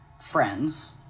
friends